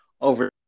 over